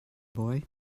boy